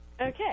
Okay